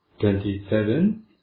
twenty-seven